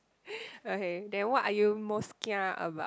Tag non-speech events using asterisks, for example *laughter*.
*breath* okay then what you are most kia about